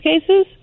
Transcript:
cases